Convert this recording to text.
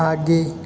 आगे